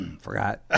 Forgot